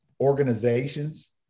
organizations